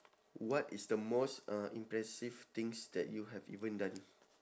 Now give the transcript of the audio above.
what is the most uh impressive things that you have even done